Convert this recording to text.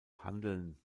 handeln